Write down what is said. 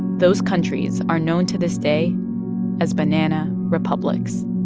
those countries are known to this day as banana republics